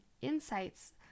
insights